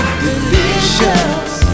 delicious